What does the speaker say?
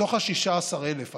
מתוך ה-16,000 האלה,